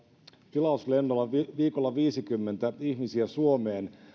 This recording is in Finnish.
tilauslennolla viikolla viisikymmentä ihmisiä suomeen